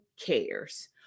cares